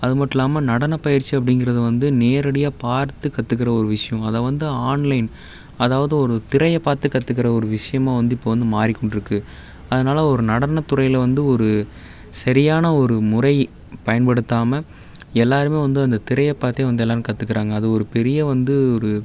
அது மட்டும் இல்லாமல் நடனப்பயிற்சி அப்படிங்கறது வந்து நேரடியாக பார்த்து கத்துக்கிற ஒரு விஷயம் அதை வந்து ஆன்லைன் அதாவது ஒரு திரையை பார்த்து கத்துக்கிற ஒரு விஷயமாக வந்து இப்போ வந்து மாறி கொண்டிருக்கு அதனால ஒரு நடனத்துறையில வந்து ஒரு சரியான ஒரு முறை பயன்படுத்தாமல் எல்லாருமே வந்து இந்த திரையை பார்த்தே வந்து எல்லாரும் கத்துக்கிறாங்க அது ஒரு பெரிய வந்து ஒரு